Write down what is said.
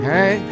Hey